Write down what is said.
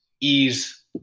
ease